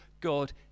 God